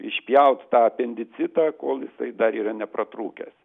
išpjauti tą apendicitą kol jisai dar yra nepratrūkęs